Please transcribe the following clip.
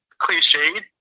cliched